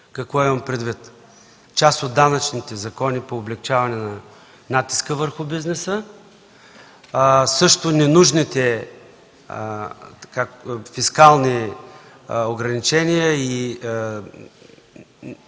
Какво имам предвид? Част от данъчните закони по облекчаване натиска върху бизнеса; ненужните фискални ограничения и